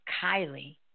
Kylie